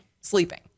sleeping